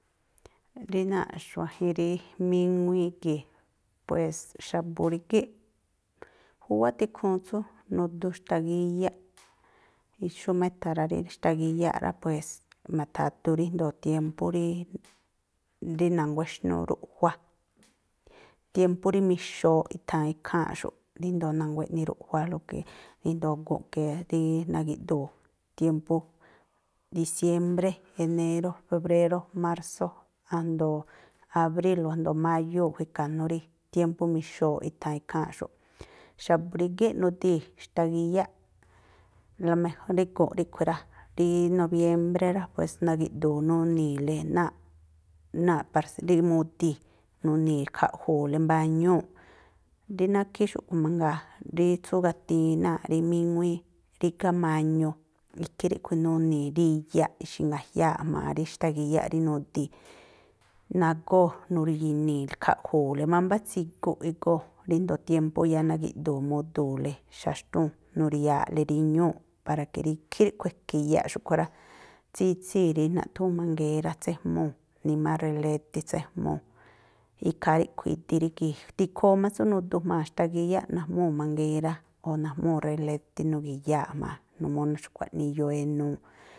Rí náa̱ꞌ xuajin rí míŋuíí gii̱ꞌ, pues xa̱bu̱ rígíꞌ, khúwá tikhuun tsú nudu xtagíyáꞌ, xúmá e̱tha̱ rá rí xtagíyáꞌ rá pues ma̱tha̱du ríjndo̱o tiémpú rí, rí na̱nguá exnúú ruꞌjua, tiémpú rí mixooꞌ i̱tha̱an ikháa̱nꞌxu̱ꞌ, ríndo̱o na̱nguá eꞌni ruꞌjua, lo ke rindo̱o gu̱nꞌ ke rí nagi̱ꞌdu̱u̱ tiémpú disiémbré, enéró, febréró, mársó, a̱jndo̱o abríl o̱ a̱jndo̱o máyúu̱ a̱ꞌkhui̱ e̱ka̱nú rí tiémpú mixooꞌ, i̱tha̱an ikháa̱nꞌxu̱ꞌ. Xa̱bu̱ rígíꞌ nudii̱ xtagíyáꞌ, rí gu̱nꞌ ríꞌkhui̱ rá, rí nobiémbré rá, pues nagi̱ꞌdu̱u̱ nuni̱ni̱le náa̱ꞌ, náa̱ꞌ pars, rí mudii̱, nuni̱khaꞌju̱u̱le mbañúu̱ꞌ. Rí nákhí xúꞌkhui̱ mangaa, rí tsú gatiin náa̱ꞌ rí míŋuíí, rígá mañu, ikhí ríꞌkhui̱ nuni̱ riyaꞌ ixi̱ŋa̱jiáa̱ꞌ jma̱a rí xtagíyáꞌ rí nudii̱, nagóo̱, khaꞌju̱u̱le mámbá tsiguꞌ igóo̱, ríndo̱o tiémpú yáá nagu̱ꞌdu̱u̱ mudu̱u̱le xaxtúu̱n, nuri̱ya̱a̱ꞌle riñúu̱ꞌ, para ke rí ikhí ríꞌkhui̱ e̱ka̱ iyaꞌ xúꞌkhui̱ rá, tsítsíi̱ rí naꞌthúún mangérá, tséjmúu̱, nimá relétí tséjmúu̱. Ikhaa ríꞌkhui̱ idi rí gii̱. Tikhuun má tsú nudu jma̱a xtagíyáꞌ najmúu̱ mangérá, o̱ najmúu̱ relétí nugi̱yaa̱ꞌ jma̱a, numuu xkua̱ꞌnii iyoo enuu.